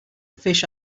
fish